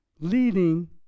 leading